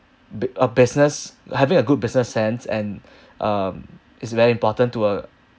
b~ uh business having a good business sense and um is very important to a